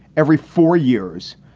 every four years,